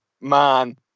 Man